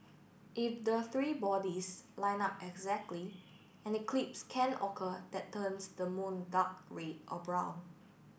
if the three bodies line up exactly an eclipse can occur that turns the moon dark read or brown